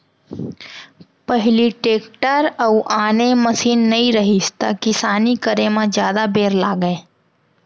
पहिली टेक्टर अउ आने मसीन नइ रहिस त किसानी करे म जादा बेर लागय